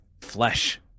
flesh